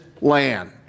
land